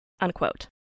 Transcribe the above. Unquote